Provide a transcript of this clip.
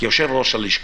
כיושב-ראש הלשכה,